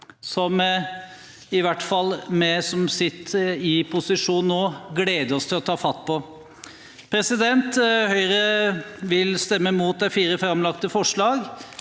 som i hvert fall vi som sitter i posisjon nå, gleder oss til å ta fatt på. Høyre vil stemme imot de fire framlagte forslag.